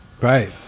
Right